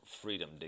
Freedom